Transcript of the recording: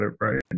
right